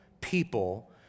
people